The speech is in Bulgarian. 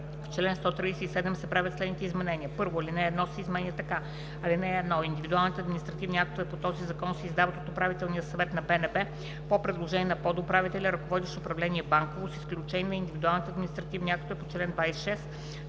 в чл. 137 се правят следните изменения: 1. Алинея 1 се изменя така: „(1) Индивидуалните административни актове по този закон се издават от Управителния съвет на БНБ по предложение на подуправителя, ръководещ управление „Банково“, с изключение на индивидуалните административни актове по чл. 26